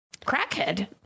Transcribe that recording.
crackhead